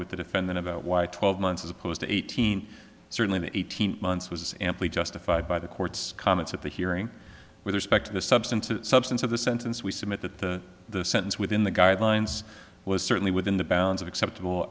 with the defendant about why twelve months as opposed to eighteen certainly the eighteen months was amply justified by the court's comments at the hearing with respect to the substance of substance of the sentence we submit that the sentence within the guidelines was certainly within the bounds of acceptable